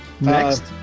next